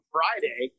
Friday